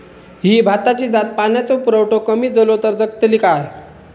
ही भाताची जात पाण्याचो पुरवठो कमी जलो तर जगतली काय?